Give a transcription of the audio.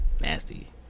Nasty